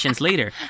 later